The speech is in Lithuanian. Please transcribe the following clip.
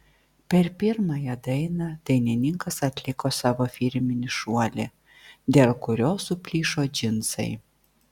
per pirmąją dainą dainininkas atliko savo firminį šuolį dėl kurio suplyšo džinsai